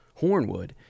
Hornwood